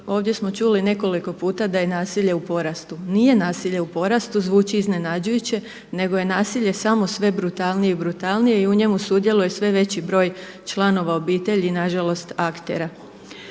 ovdje smo čuli nekoliko puta da je nasilje u porastu, nije nasilje u porastu, zvuči iznenađujuće nego je nasilje samo sve brutalnije i brutalnije i u njemu sudjeluje sve veći broj članova obitelji, nažalost aktera.